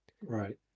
Right